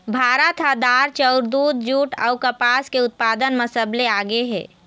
भारत ह दार, चाउर, दूद, जूट अऊ कपास के उत्पादन म सबले आगे हे